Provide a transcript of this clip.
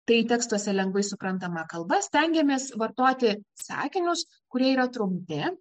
tai tekstuose lengvai suprantama kalba stengiamės vartoti sakinius kurie yra trumpi